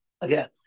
Again